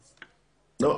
לא.